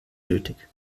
nötig